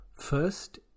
First